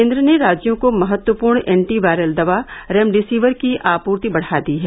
केन्द्र ने राज्यों को महत्वपूर्ण एंटीवायरल दवा रेमडेसिविर की आपूर्ति बढ़ा दी है